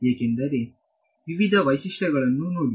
ಏಕೆಂದರೆ ಅದರ ವಿವಿಧ ವೈಶಿಷ್ಟ್ಯಗಳನ್ನು ನೋಡಿ